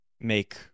make